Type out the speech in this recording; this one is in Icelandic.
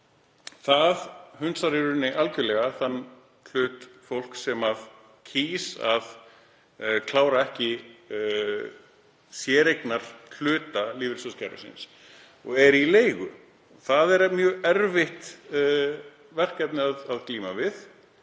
Það hunsar í rauninni algerlega þann hóp fólks sem kýs að klára ekki séreignarhluta lífeyrissjóðakerfisins og er í leigu. Það er mjög erfitt verkefni að glíma við